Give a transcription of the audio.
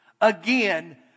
Again